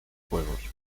juegos